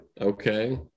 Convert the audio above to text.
okay